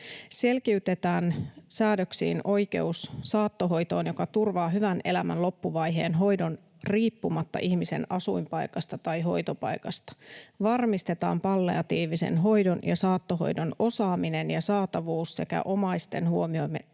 Selkiytetään säädöksiin oikeus saattohoitoon, joka turvaa hyvän elämän loppuvaiheen hoidon riippumatta ihmisen asuinpaikasta tai hoitopaikasta. Varmistetaan palliatiivisen hoidon ja saattohoidon osaaminen ja saatavuus sekä omaisten huomioiminen